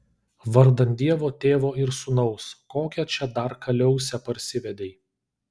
vardan dievo tėvo ir sūnaus kokią čia dar kaliausę parsivedei